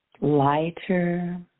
lighter